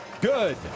good